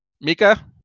Mika